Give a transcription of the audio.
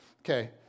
Okay